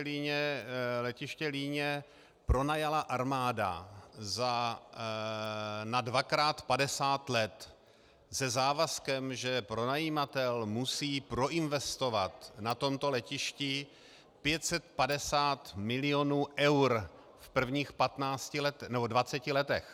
Líně, letiště Líně pronajala armáda na dvakrát padesát let se závazkem, že pronajímatel musí proinvestovat na tomto letišti 550 milionů eur v prvních dvaceti letech.